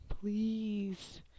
please